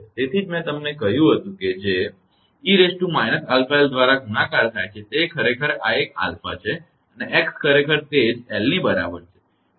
તેથી જ મેં તમને કહ્યું હતું કે જે 𝑒−𝛼𝑙 દ્રારા ગુણાકાર થાય છે તે ખરેખર આ એક 𝛼 છે અને x ખરેખર તે જ l ની બરાબર છે